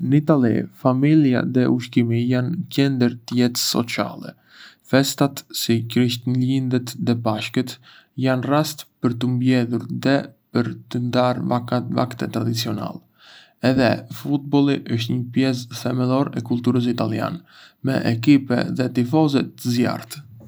Në Itali, familja dhe ushqimi janë në qendër të jetës sociale. Festat, si Krishtlindjet dhe Pashkët, janë raste për t'u mbledhur dhe për të ndarë vakte tradicionale. Edhé, futbolli është një pjesë themelore e kulturës italiane, me ekipe dhe tifozë të zjarrtë.